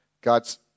God's